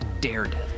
daredevil